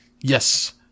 Yes